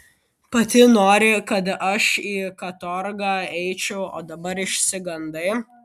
pati nori kad aš į katorgą eičiau o dabar išsigandai